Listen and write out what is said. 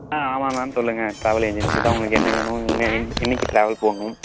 ஆ ஆமாம் மேம் சொல்லுங்கள் travel agency தான் உங்களுக்கு என்ன வேணும் எந் இன்னைக்கி ட்ராவல் போகணும்